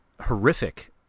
horrific